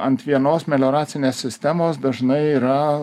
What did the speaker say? ant vienos melioracinės sistemos dažnai yra